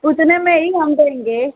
उतने में ही हम देंगे